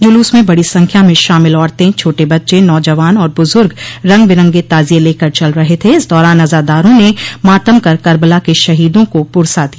जुलूस में बड़ी संख्या में शामिल औरतें छोटे बच्चे नौजवान और बुजुर्ग रंग बिरंगे ताजिये लेकर चल रहे थे इस दौरान अजादारों ने मातम कर कर्बला के शहीदों का पुरसा दिया